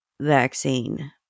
vaccine